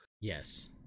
yes